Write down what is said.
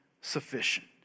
sufficient